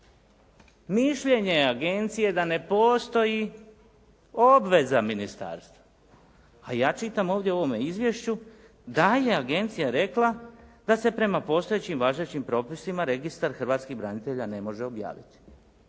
Mišljenje je agencije da ne postoji obveza ministarstva, a ja čitam ovdje u ovome izvješću da je agencija rekla da se prema postojećim važećim propisima registar hrvatskih branitelja ne može objaviti.